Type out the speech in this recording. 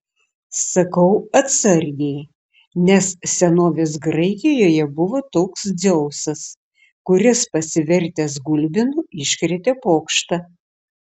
sakau atsargiai nes senovės graikijoje buvo toks dzeusas kuris pasivertęs gulbinu iškrėtė pokštą